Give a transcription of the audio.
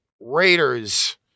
Raiders